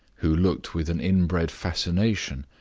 who looked with an inbred fascination,